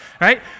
right